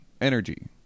energy